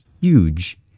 huge